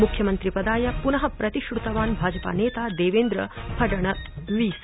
मुख्यमन्त्रिपदाय पुन प्रतिश्रतवान् भाजपानेता देवेन्द्रफणनवीस